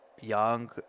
young